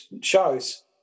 shows